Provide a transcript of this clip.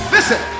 Listen